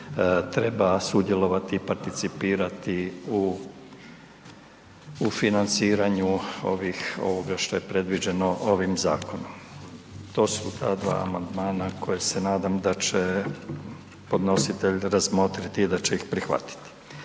treba sudjelovati i participirati u, u financiranju ovih, ovoga što je predviđeno ovim zakonom. To su ta dva amandmana koje se nadam da će podnositelj razmotriti i da će ih prihvatiti.